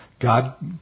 God